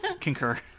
concur